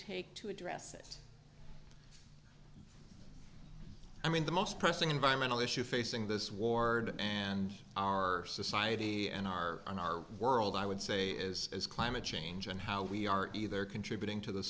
take to address it i mean the most pressing environmental issue facing this ward and our society and our on our world i would say is as climate change and how we are either contributing to the